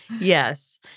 Yes